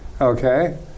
okay